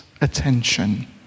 attention